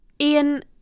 Ian